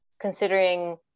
considering